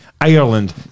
Ireland